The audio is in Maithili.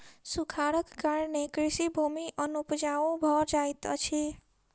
सूखाड़क कारणेँ कृषि भूमि अनुपजाऊ भ जाइत अछि